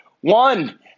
one